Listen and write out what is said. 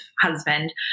husband